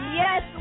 yes